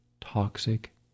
toxic